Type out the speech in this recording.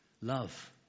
love